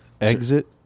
Exit